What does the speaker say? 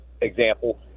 example